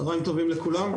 צוהריים טובים לכולם.